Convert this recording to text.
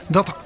Dat